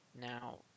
Now